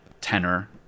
tenor